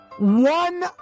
one